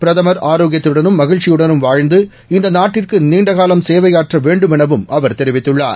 பிரதமர் ஆரோக்கியத்துடனும் மகிழ்ச்சியுடனும் வாழ்ந்து இந்த நாட்டிற்கு நீண்ட காலம் சேவையாற்ற வேண்டுமெனவும் அவர் தெரிவித்துள்ளார்